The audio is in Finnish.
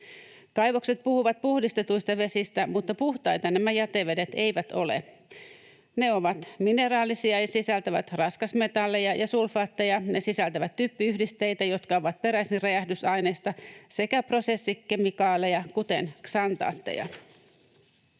Kaivokset puhuvat puhdistetuista vesistä, mutta puhtaita nämä jätevedet eivät ole. Ne ovat mineraalisia ja sisältävät raskasmetalleja ja sulfaatteja, ne sisältävät typpiyhdisteitä, jotka ovat peräisin räjähdysaineista, sekä prosessikemikaaleja, kuten ksantaatteja.